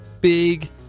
big